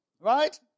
right